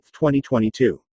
2022